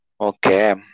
Okay